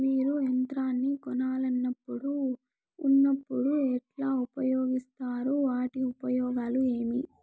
మీరు యంత్రాన్ని కొనాలన్నప్పుడు ఉన్నప్పుడు ఎట్లా ఉపయోగిస్తారు వాటి ఉపయోగాలు ఏవి?